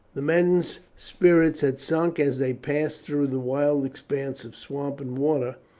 the men's spirits had sunk as they passed through the wild expanse of swamp and water,